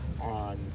on